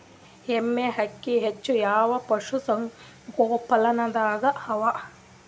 ಎಮ್ಮೆ ಅಕ್ಕಿ ಹೆಚ್ಚು ಯಾವ ಪಶುಸಂಗೋಪನಾಲಯದಾಗ ಅವಾ?